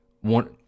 one